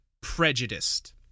prejudiced